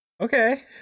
Okay